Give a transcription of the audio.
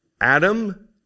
Adam